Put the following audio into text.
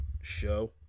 show